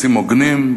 מסים הוגנים,